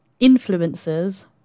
influencers